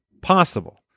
possible